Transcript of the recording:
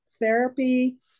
therapy